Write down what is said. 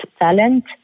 talent